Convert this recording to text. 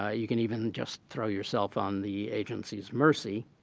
ah you can even just throw yourself on the agency's mercy.